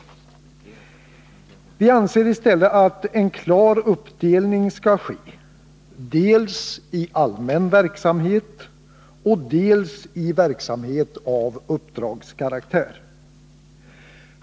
Vi anser i stället att en klar uppdelning av verksamheten skall ske, dels i allmän verksamhet, delsi verksamhet av uppdragskaraktär.